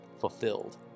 fulfilled